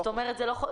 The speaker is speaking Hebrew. זה לא חוזר אלינו.